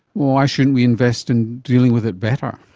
why shouldn't we invest in dealing with it better?